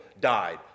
died